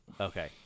Okay